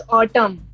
autumn